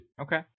Okay